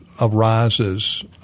arises